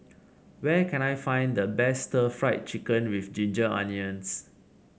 where can I find the best Stir Fried Chicken with Ginger Onions